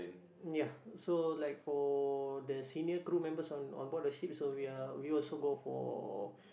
ya so like for the senior crew members on on board the ship so we are we also go for